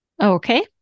Okay